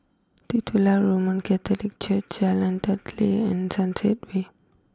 Titular Roman Catholic Church Jalan Teliti and Sunset way